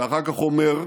ואחר כך אומר,